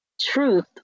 truth